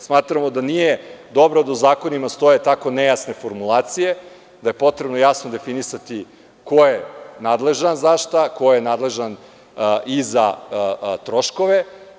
Smatramo da nije dobro da u zakonima stoje tako nejasne formulacije, da je potrebno jasno definisati ko je nadležan za šta, ko je nadležan i za troškove.